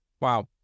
wow